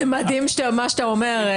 זה מדהים מה שאתה אומר.